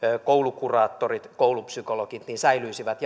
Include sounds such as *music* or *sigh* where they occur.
koulukuraattorit koulupsykologit säilyisivät *unintelligible*